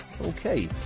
Okay